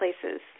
places